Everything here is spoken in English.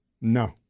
No